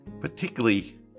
particularly